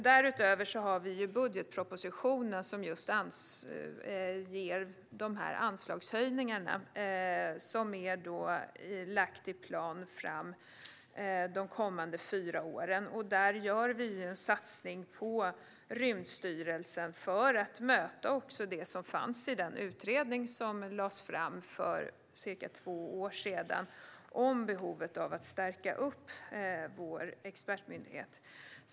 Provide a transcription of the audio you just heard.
Därutöver har vi budgetpropositionen, som ger anslagshöjningarna som lagts fram i plan de kommande fyra åren. Där gör vi en satsning på Rymdstyrelsen för att möta det som fanns i den utredning som lades fram för cirka två år sedan om behovet av att stärka vår expertmyndighet.